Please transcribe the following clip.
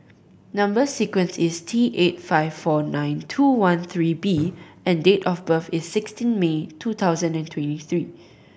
number sequence is T eight five four nine two one three B and date of birth is sixteen May two thousand and twenty three